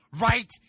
right